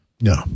No